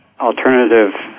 alternative